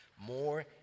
more